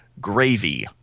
Gravy